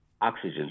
oxygen